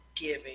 giving